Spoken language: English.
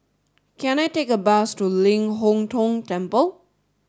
can I take a bus to Ling Hong Tong Temple